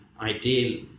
ideal